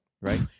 right